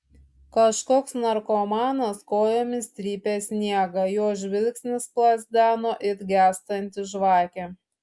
kažkoks narkomanas kojomis trypė sniegą o jo žvilgsnis plazdeno it gęstanti žvakė